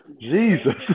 Jesus